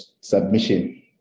submission